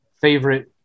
favorite